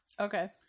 Okay